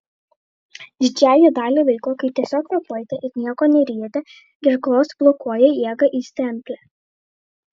didžiąją dalį laiko kai tiesiog kvėpuojate ir nieko neryjate gerklos blokuoja įeigą į stemplę